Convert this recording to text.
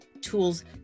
tools